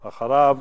אחריו,